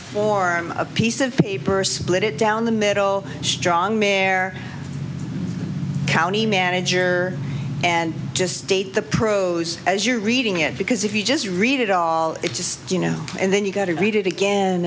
form a piece of paper split it down the middle strong mare county manager and just date the pros as you're reading it because if you just read it all it just you know and then you go to read it again